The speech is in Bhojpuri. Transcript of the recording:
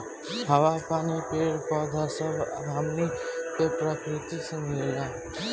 हवा, पानी, पेड़ पौधा सब हमनी के प्रकृति से मिलेला